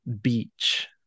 Beach